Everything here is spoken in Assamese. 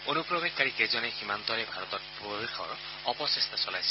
অনুপ্ৰৱেশকাৰীকেইজনে সীমান্তৰে ভাৰতত প্ৰৱেশৰ অপচেষ্টা চলাইছিল